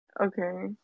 Okay